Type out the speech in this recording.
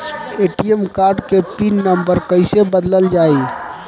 ATM card के PIN number कईसे बदलल जाई?